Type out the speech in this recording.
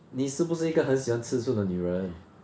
你是不是一个很喜欢吃醋的女人